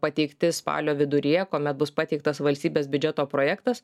pateikti spalio viduryje kuomet bus pateiktas valstybės biudžeto projektas